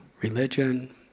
religion